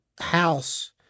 House